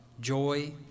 joy